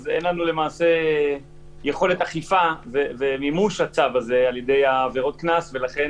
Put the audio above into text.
אז אין לנו למעשה יכולת אכיפה ומימוש הצו הזה על ידי העבירות קנס ולכן